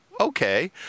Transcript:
okay